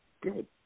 Good